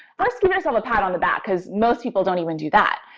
first, give yourself a pat on the back because most people don't even do that.